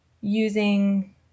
using